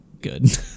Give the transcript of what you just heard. good